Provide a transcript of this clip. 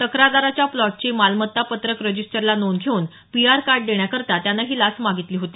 तक्रारदाराच्या प्लॉटची मालमत्ता पत्रक रजिस्टरला नोंद घेऊन पीआर कार्ड देण्याकरता त्यानं ही लाच मागितली होती